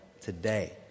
today